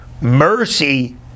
Mercy